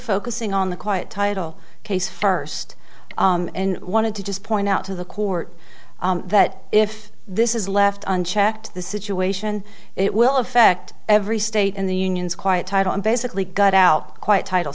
focusing on the quiet title case first and wanted to just point out to the court that if this is left unchecked the situation it will affect every state in the union's quite tight and basically got out quite title